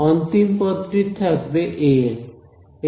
অন্তিম পদটির থাকবে an